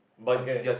okay